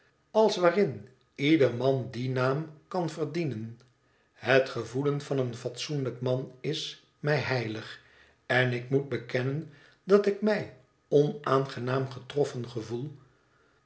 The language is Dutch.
als waarin ieder man dien naam kan verdienen het gevoelen van een fatsoenlijk man is mij heilig en ik moet bekennen dat ik mij onaangenaam getroffen gevoel